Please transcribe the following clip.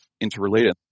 interrelated